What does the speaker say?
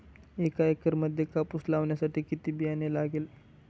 एका एकरामध्ये कापूस लावण्यासाठी किती बियाणे लागेल?